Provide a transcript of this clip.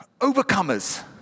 Overcomers